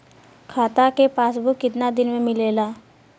खाता के पासबुक कितना दिन में मिलेला?